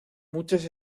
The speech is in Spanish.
muchas